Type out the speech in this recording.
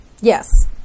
Yes